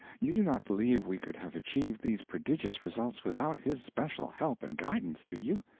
you do not believe we could have achieved these prodigious results without his special help and guidance, do you?